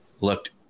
looked